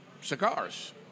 cigars